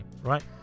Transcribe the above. right